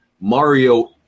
Mario